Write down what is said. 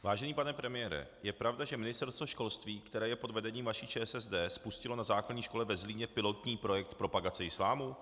Vážený pane premiére, je pravda, že Ministerstvo školství, které je pod vedením vaší ČSSD, spustilo na základní škole ve Zlíně pilotní projekt propagace islámu?